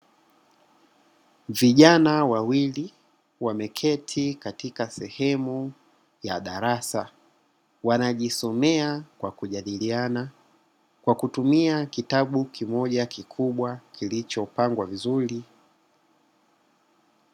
Vijana wawili wameketi katika sehemu ya darasa wanajisomea kwa kujadiliana kwa kutumia kitabu kimoja kikubwa kilichopangwa vizuri.